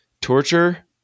Torture